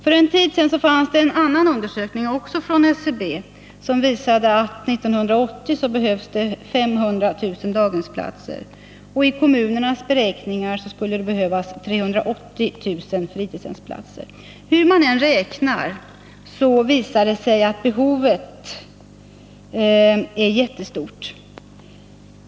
För en tid sedan fanns det en annan undersökning, också från SCB, som visade att det 1980 behövs 500 000 daghemsplatser och att det i kommunernas beräkningar skulle behövas 380 000 fritidshemsplatser. Hur man än räknar visar det sig att behovet är jättestort.